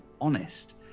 honest